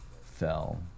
fell